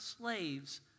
slaves